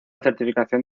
certificación